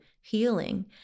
healing